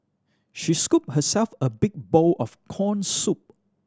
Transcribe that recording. she scooped herself a big bowl of corn soup